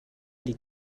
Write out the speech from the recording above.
die